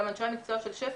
וגם אנשי המקצוע של שפ"י.